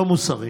זה לא מוסרי.